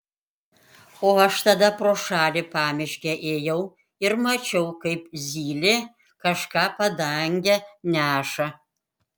o aš tada pro šalį pamiške ėjau ir mačiau kaip zylė kažką padange neša